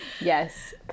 yes